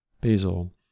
Basil